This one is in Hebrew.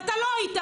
אתה לא היית,